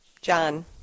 John